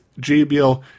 JBL